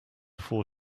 four